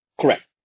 Correct